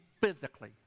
physically